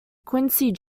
quincy